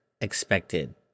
expected